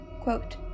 Quote